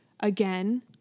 Again